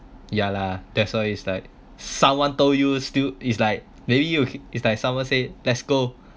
ya lah that's why it's like someone told you still it's like maybe you it's like someone say let's go